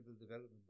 development